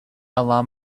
alarm